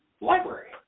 library